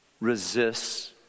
resists